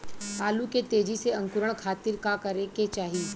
आलू के तेजी से अंकूरण खातीर का करे के चाही?